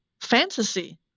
fantasy